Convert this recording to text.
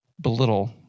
belittle